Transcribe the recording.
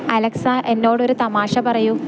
Alexa എന്നോടൊരു തമാശ പറയൂ